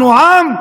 אנחנו עם,